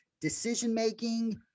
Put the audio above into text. decision-making